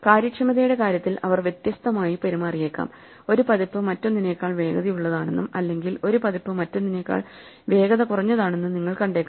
കാര്യക്ഷമതയുടെ കാര്യത്തിൽ അവർ വ്യത്യസ്തമായി പെരുമാറിയേക്കാം ഒരു പതിപ്പ് മറ്റൊന്നിനേക്കാൾ വേഗതയുള്ളതാണെന്നും അല്ലെങ്കിൽ ഒരു പതിപ്പ് മറ്റൊന്നിനേക്കാൾ വേഗത കുറഞ്ഞതാണെന്നും നിങ്ങൾ കണ്ടേക്കാം